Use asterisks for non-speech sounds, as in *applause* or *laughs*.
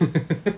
*laughs*